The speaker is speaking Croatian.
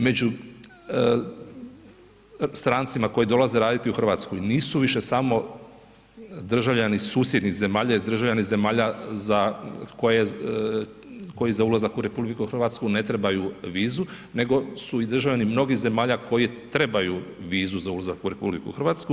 Među strancima koji dolaze raditi u Hrvatsku, nisu više samo državljani susjednih zemalja i državljani zemalja za koje, koji za ulazak u RH ne trebaju vizu, nego su i državljani mnogih zemalja koji trebaju vizu za ulazak u RH.